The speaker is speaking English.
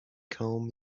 comb